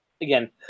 again